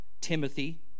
Timothy